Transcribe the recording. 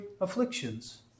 afflictions